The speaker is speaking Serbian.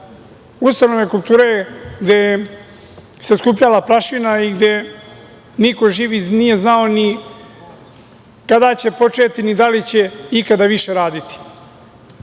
ustanove kulture gde se skupljala prašina i gde niko živ nije znao ni kada će početi i da li će ikada više